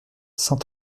cent